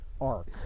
arc